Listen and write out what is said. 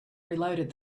reloaded